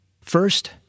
First